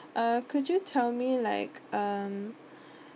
uh could you tell me like um